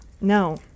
No